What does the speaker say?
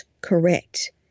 correct